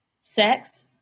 sex